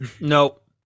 Nope